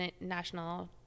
National